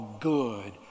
good